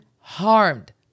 harmed